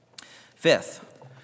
Fifth